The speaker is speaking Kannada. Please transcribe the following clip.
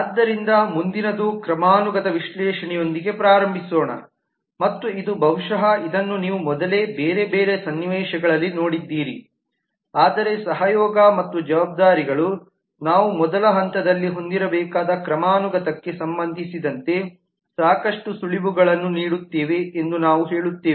ಆದ್ದರಿಂದ ಮುಂದಿನದು ಕ್ರಮಾನುಗತ ವಿಶ್ಲೇಷಣೆಯೊಂದಿಗೆ ಪ್ರಾರಂಭಿಸೋಣ ಮತ್ತು ಇದು ಬಹುಶಃ ಇದನ್ನು ನೀವು ಮೊದಲೇ ಬೇರೆ ಬೇರೆ ಸನ್ನಿವೇಶಗಳಲ್ಲಿ ನೋಡಿದ್ದೀರಿ ಆದರೆ ಸಹಯೋಗ ಮತ್ತು ಜವಾಬ್ದಾರಿಗಳು ನಾವು ಮೊದಲ ಹಂತದಲ್ಲಿ ಹೊಂದಿರಬೇಕಾದ ಕ್ರಮಾನುಗತಕ್ಕೆ ಸಂಬಂಧಿಸಿದಂತೆ ಸಾಕಷ್ಟು ಸುಳಿವುಗಳನ್ನು ನೀಡುತ್ತೇವೆ ಎಂದು ನಾವು ಹೇಳುತ್ತೇವೆ